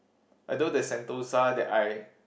although there's Sentosa that I